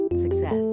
Success